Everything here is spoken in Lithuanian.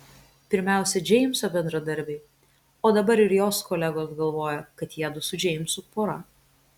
pirmiausia džeimso bendradarbiai o dabar ir jos kolegos galvoja kad jiedu su džeimsu pora